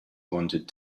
wanted